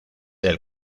del